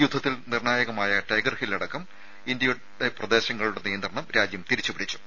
യുദ്ധത്തിൽ നിർണായകമായ Tiger Hill അടക്കം ഇന്ത്യൻ പ്രദേശങ്ങളുടെ നിയന്ത്രണം രാജ്യം തിരിച്ചു പിടിച്ചു